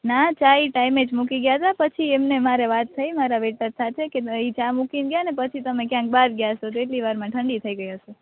ના ચાય ટાઇમેજ મૂકી ગયા છે પછી એમને મારે વાત થઈ મારા વેટર સાથે કે તય ચા મૂકી ન ગ્યાને પછી તમે ક્યાંક બહાર ગ્યા હશો તેટલી વાર માં ઠંડી થઈ ગઈ હશે